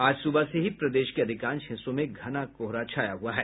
आज सुबह से ही प्रदेश के अधिकांश हिस्सों में घना कोहरा छाया हुआ है